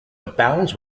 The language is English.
abounds